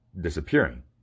disappearing